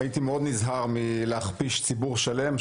הייתי נזהר מאוד מלהכפיש ציבור שלם,